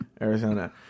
Arizona